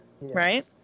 right